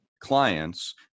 clients